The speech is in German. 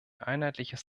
einheitliches